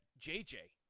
JJ